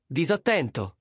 disattento